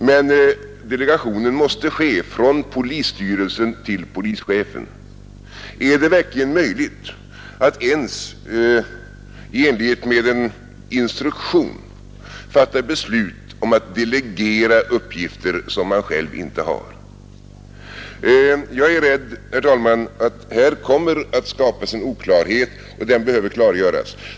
Men delegationen måste ske från polisstyrelsen till polischefen. Är det verkligen möjligt att ens i enlighet med en instruktion fatta beslut om att delegera uppgifter som man själv inte har? Jag är rädd, herr talman, att här kommer att skapas en oklarhet, och den behöver undanröjas.